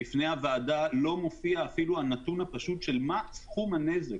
בפני הוועדה לא מופיע אפילו הנתון הפשוט של מה סכום הנזק,